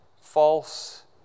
false